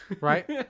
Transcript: Right